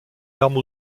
larmes